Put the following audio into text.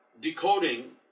decoding